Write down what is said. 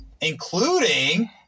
including